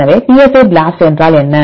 எனவே psi BLAST என்றால் என்ன